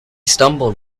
stumbled